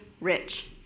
rich